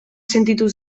sentitu